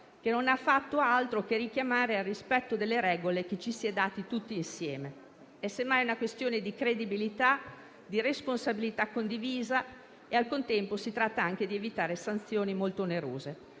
che non ha fatto altro che richiamare al rispetto delle regole che ci si è dati tutti insieme. È semmai una questione di credibilità, di responsabilità condivisa e al contempo si tratta anche di evitare sanzioni molto onerose.